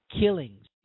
killings